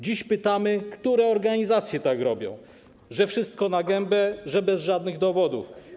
Dziś pytamy, które organizacje tak robią, że wszystko jest na gębę, że bez żadnych dowodów.